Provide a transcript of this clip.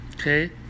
okay